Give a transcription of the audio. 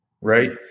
right